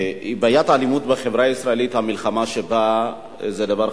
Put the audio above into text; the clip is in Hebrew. בעיית האלימות בחברה הישראלית, המלחמה שבה חשוב